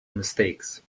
mistakes